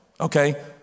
okay